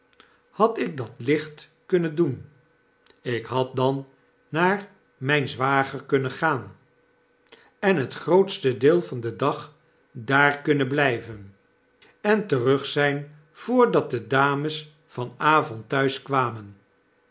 had ik dat licht kunnen doen ik had dan naar mgn zwager kunnen gaan en het grootste deel van den dag daar kunnen blgven en terug zijn voordat de dames van avond thuis kwamen